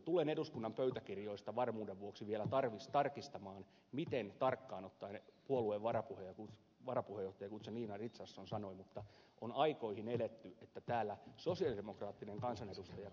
tulen eduskunnan pöytäkirjoista varmuuden vuoksi vielä tarkistamaan mitä tarkkaan ottaen puolueen varapuheenjohtaja guzenina richardson sanoi mutta on aikoihin eletty että täällä sosialidemokraattinen kansanedustaja